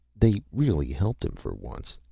they'd really helped him, for once.